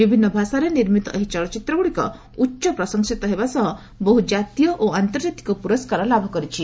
ବିଭିନ୍ନ ଭାଷାରେ ନିର୍ମିତ ଏହି ଚଳଚ୍ଚିତ୍ରଗୁଡ଼ିକ ଉଚ୍ଚ ପ୍ରଶଂସିତ ହେବା ସହ ବହୁ ଜାତୀୟ ଓ ଆନ୍ତର୍କାତିକ ପୁରସ୍କାର ଲାଭ କରିଛି